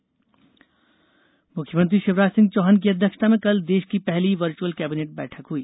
cabinet मुख्यमंत्री शिवराज सिंह चौहान की अध्यक्षता में कल देश की पहली वर्चअल कैबिनेट बैठक हुई